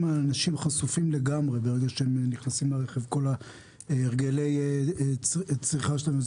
אנשים חשופים לגמרי ונחשפים כל הרגלי הצריכה שלהם.